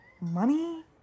Money